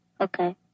Okay